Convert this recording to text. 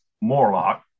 Morlock